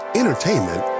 entertainment